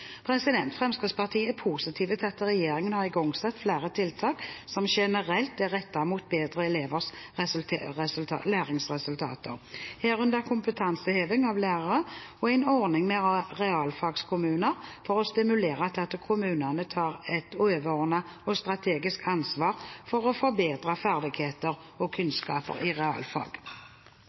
Fremskrittspartiet er positiv til at regjeringen har igangsatt flere tiltak som generelt er rettet mot å bedre elevers læringsresultater, herunder kompetanseheving av lærere og en ordning med realfagskommuner for å stimulere til at kommunene tar et overordnet og strategisk ansvar for å forbedre ferdigheter og